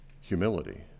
Humility